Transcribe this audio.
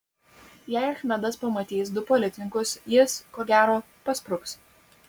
jei achmedas pamatys du policininkus jis ko gero paspruks